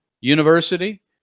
University